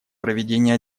проведении